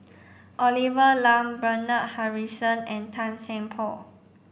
Olivia Lum Bernard Harrison and Tan Seng Poh